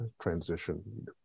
transition